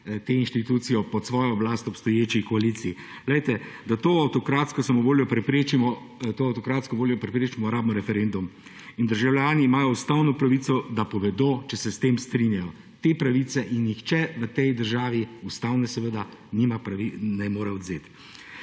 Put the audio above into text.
te inštitucije pod svojo oblast obstoječi koaliciji. Poglejte, da to avtokratsko samovoljo preprečimo rabimo referendum. In državljani imajo ustavno pravico, da povedo, če se s tem strinjajo. Te pravice jim nihče v tej državi, ustavne seveda, ne more odvzeti.